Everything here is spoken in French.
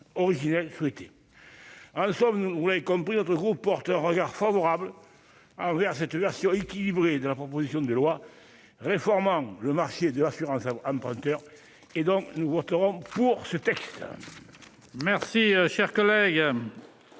originel, sommes nous vous l'avez compris notre gros porteurs regard favorable ah oui à cette assure équilibré de la proposition de loi réformant le marché de l'assurance emprunteur et donc nous voterons pour ce texte. Merci, cher collègue.